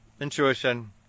intuition